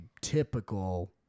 typical